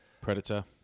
predator